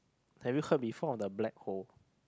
have you heard before of the black hole